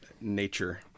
nature